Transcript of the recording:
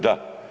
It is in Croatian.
Da.